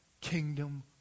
kingdom